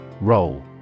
Roll